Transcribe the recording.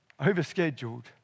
overscheduled